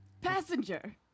passenger